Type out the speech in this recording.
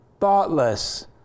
thoughtless